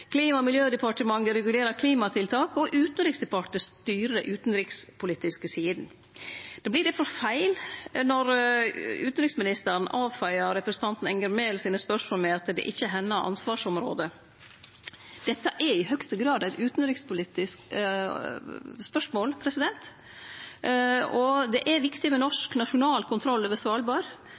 Klima- og miljødepartementet regulerer klimatiltak, og Utanriksdepartementet styrer dei utanrikspolitiske sidene. Det vert difor feil når utanriksministeren avfeiar spørsmåla frå representanten Enger Mehl med at dette ikkje er hennar ansvarsområde. Dette er i høgste grad eit utanrikspolitisk spørsmål. Det er viktig med norsk nasjonal kontroll over Svalbard,